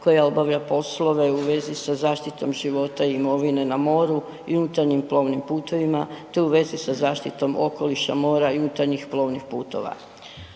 koja obavlja poslove u vezi sa zaštitom života i imovine na moru i unutarnjim plovnim putevima te u vezi sa zaštitom okoliša, mora i unutarnjih plovnih putova.